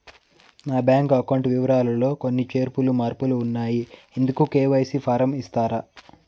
నా bank account వివరాలు లో కొన్ని చేర్పులు మార్పులు ఉన్నాయి, ఇందుకు కె.వై.సి ఫారం ఇస్తారా?